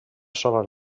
sola